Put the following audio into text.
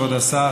כבוד השר,